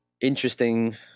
Interesting